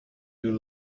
you